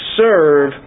serve